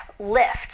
lift